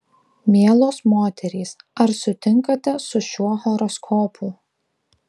mielos moterys ar sutinkate su šiuo horoskopu